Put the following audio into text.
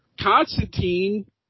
Constantine